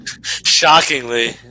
Shockingly